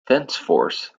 thenceforth